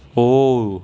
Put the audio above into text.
oh